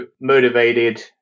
motivated